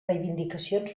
reivindicacions